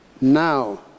Now